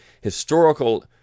historical